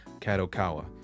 Kadokawa